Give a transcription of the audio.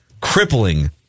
Crippling